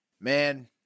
man